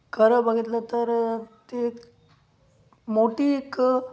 खरं बघितलं तर ते मोठी एक